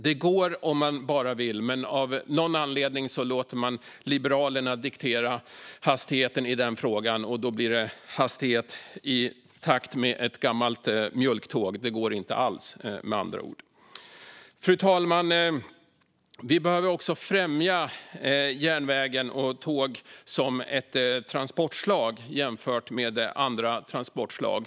Det går om man bara vill, men av någon anledning låter man Liberalerna diktera hastigheten i denna fråga. Då blir det hastighet i nivå med ett gammalt mjölktåg - det går inte alls, med andra ord. Fru talman! Vi behöver också främja järnvägen och tåg som ett transportslag jämfört med andra transportslag.